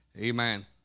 Amen